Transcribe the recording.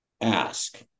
ask